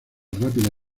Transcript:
rápida